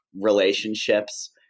relationships